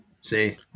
See